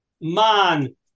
Man